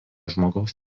žmogaus